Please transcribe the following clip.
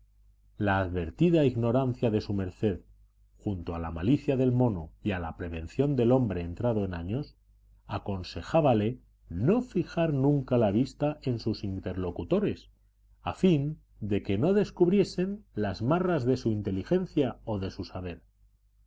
la advertida ignorancia de su merced junta a la malicia del mono y a la prevención del hombre entrado en años aconsejábale no fijar nunca la vista en sus interlocutores a fin de que no descubriesen las marras de su inteligencia o de su saber